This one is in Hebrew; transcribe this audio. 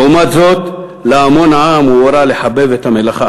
לעומת זאת, להמון העם הוא הורה לחבב את המלאכה